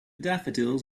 daffodils